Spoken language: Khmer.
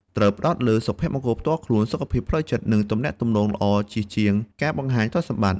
ត្រូវផ្តោតលើសុភមង្គលផ្ទាល់ខ្លួន សុខភាពផ្លូវចិត្ត និងទំនាក់ទំនងល្អជាជាងការបង្ហាញទ្រព្យសម្បត្តិ។